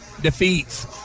defeats